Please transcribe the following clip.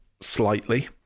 slightly